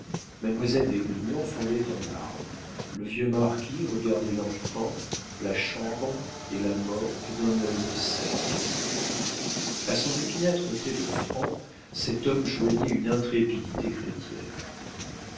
mademoiselle d'esgrignon fondait en larmes le vieux marquis regardait l'enfant la chambre et la morte d'un œil sec a son opiniâtreté de franc cet homme joignait une intrépidité chrétienne